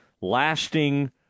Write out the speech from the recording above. lasting